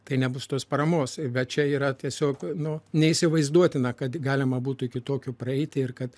tai nebus tos paramos bet čia yra tiesiog nuo neįsivaizduotina kad galima būtų kitokio praeiti ir kad